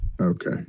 Okay